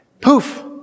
Poof